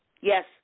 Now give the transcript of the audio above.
Yes